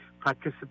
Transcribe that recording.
participate